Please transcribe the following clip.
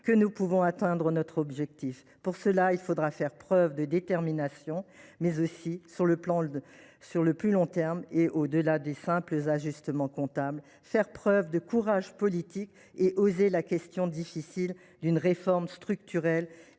que nous pouvons atteindre nos objectifs. Pour cela, il nous faudra faire preuve de détermination, mais aussi, à plus long terme et au delà des simples ajustements comptables, de courage politique. Nous devrons oser nous poser la question difficile d’une réforme structurelle